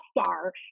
Star